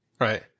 right